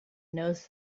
knows